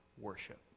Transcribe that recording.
worship